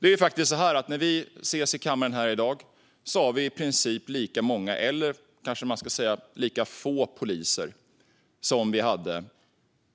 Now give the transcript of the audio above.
Det är faktiskt så att när vi ses här inne i kammaren i dag har vi i princip lika många - eller kanske ska man säga lika få - poliser som vi hade